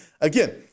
Again